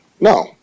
No